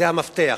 זה המפתח.